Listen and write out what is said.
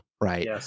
right